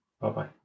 bye-bye